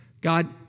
God